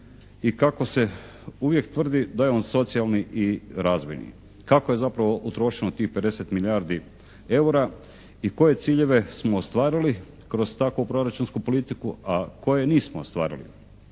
i kako se uvijek tvrdi da je on socijalni i razvojni? Kako je zapravo utrošeno tih 50 milijardi eura i koje ciljeve smo ostvarili kroz takvu proračunsku politiku, a koje nismo ostvarili.